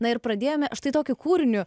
na ir pradėjome štai tokiu kūriniu